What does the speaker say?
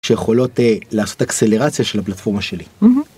שיכולות לעשות אקסלרציה של הפלטפורמה שלי.